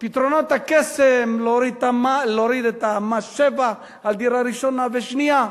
פתרונות הקסם להורדת מס השבח על דירה ראשונה ושנייה.